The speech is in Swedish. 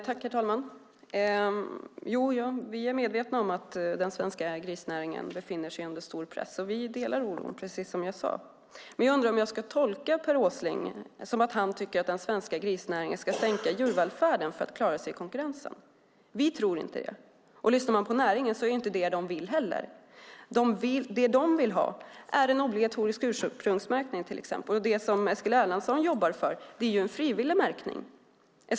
Herr talman! Jo, vi är medvetna om att den svenska grisnäringen befinner sig under stor press, och vi delar oron, precis som jag sade. Men jag undrar om jag ska tolka Per Åsling som att han tycker att den svenska grisnäringen ska sänka nivån på djurvälfärden för att klara sig i konkurrensen. Vi tror inte det. Lyssnar man på näringen hör man att de inte heller vill göra det. Det de vill ha är en obligatorisk ursprungsmärkning. Det som Eskil Erlandsson jobbar för är en frivillig märkning.